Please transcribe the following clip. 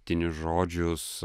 tinius žodžius